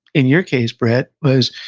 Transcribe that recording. in your case, brett, was,